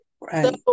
Right